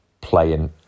playing